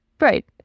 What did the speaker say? Right